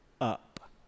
up